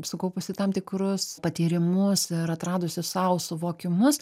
sukaupusi tam tikrus patyrimus ir atradusi sau suvokimus